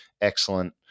excellent